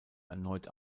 erneut